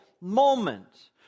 moment